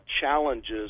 challenges